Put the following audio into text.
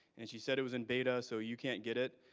and she said it was in beta, so you can't get it.